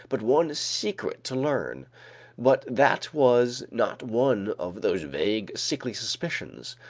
but one secret to learn but that was not one of those vague, sickly suspicions,